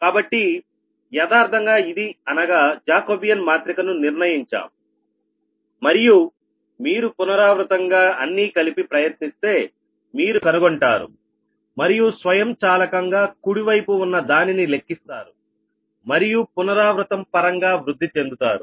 కాబట్టి యదార్ధంగా ఇది అనగా జాకోబియాన్ మాత్రిక ను నిర్ణయించాం మరియు మీరు పునరావృతం గా అన్నీ కలిపి ప్రయత్నిస్తే మీరు కనుగొంటారు మరియు స్వయంచాలకంగా కుడి వైపు ఉన్న దానిని లెక్కిస్తారు మరియు పునరావృతం పరంగా వృద్ధి చెందుతారు